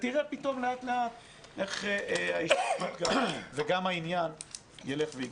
ואז גם העניין בו ילך ויגדל.